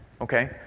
okay